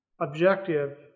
objective